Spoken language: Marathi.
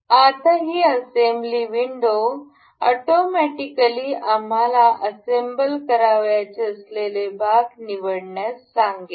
आणि ही असेंबली विंडो ऑटोमॅटिकली आम्हाला असेंबल करावयाचे असलेले भाग निवडण्यास सांगेल